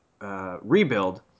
rebuild